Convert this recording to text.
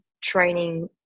training